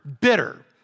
bitter